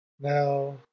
now